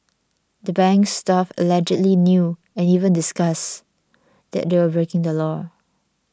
the bank's staff allegedly knew and even discussed that they were breaking the law